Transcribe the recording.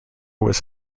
was